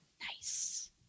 Nice